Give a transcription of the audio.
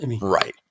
Right